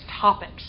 topics